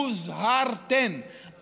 הוזהרתן,